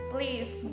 Please